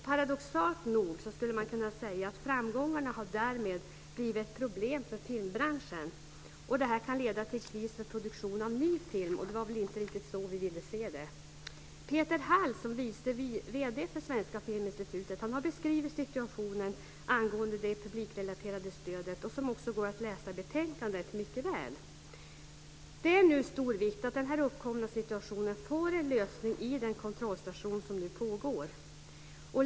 Paradoxalt nog skulle man kunna säga att framgångarna därmed har blivit ett problem för filmbranschen. Det kan leda till en kris för produktion av ny film, och det var väl inte riktigt det vi hade tänkt oss. Peter Hald, som är vice vd för Svenska Filminstitutet, har beskrivit situationen angående det publikrelaterade stödet och som också mycket väl går att läsa i betänkandet. Det är nu av stor vikt att den uppkomna situationen får en lösning i den kontrollstation som nu pågår.